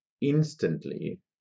Instantly